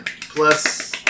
plus